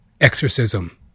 exorcism